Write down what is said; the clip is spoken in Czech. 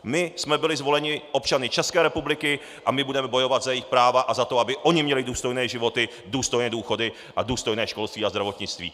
My jsme byli zvoleni občany České republiky a my budeme bojovat za jejich práva a za to, aby oni měli důstojné životy, důstojné důchody a důstojné školství a zdravotnictví.